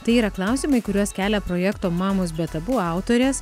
tai yra klausimai kuriuos kelia projekto mamos be tabu autorės